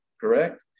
correct